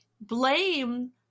blame